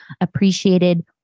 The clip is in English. appreciated